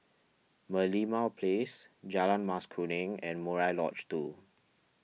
Merlimau Place Jalan Mas Kuning and Murai Lodge two